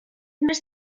més